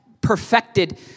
perfected